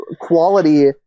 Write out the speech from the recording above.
quality